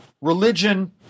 religion